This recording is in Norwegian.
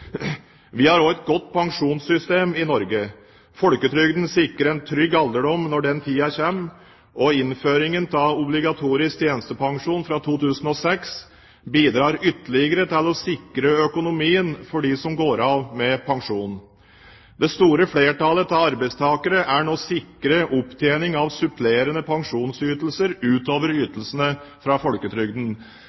Vi har også et godt pensjonssystem i Norge. Folketrygden sikrer en trygg alderdom når den tiden kommer, og innføringen av obligatorisk tjenestepensjon fra 2006 bidrar ytterligere til å sikre økonomien for dem som går av med pensjon. Det store flertallet av arbeidstakere er nå sikret opptjening av supplerende pensjonsytelser utover ytelsene fra folketrygden.